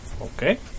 Okay